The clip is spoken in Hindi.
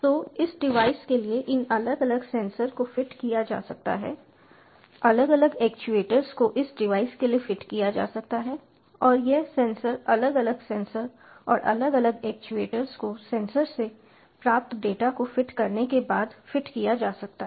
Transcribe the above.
तो इस डिवाइस के लिए इन अलग अलग सेंसर को फिट किया जा सकता है अलग अलग एक्ट्यूएटर्स को इस डिवाइस के लिए फिट किया जा सकता है और यह सेंसर अलग अलग सेंसर और अलग अलग एक्ट्यूएटर्स को सेंसर से प्राप्त डेटा को फिट करने के बाद फिट किया जा सकता है